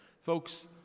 Folks